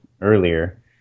earlier